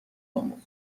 آموخت